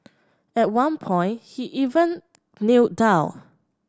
at one point he even Kneel down